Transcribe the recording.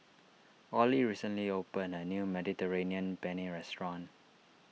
Olie recently opened a new Mediterranean Penne restaurant